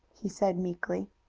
he said, meekly.